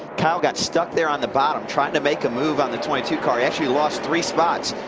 kyle got stuck there on the bottom trying to make a move on the twenty two car, actually lost three spots.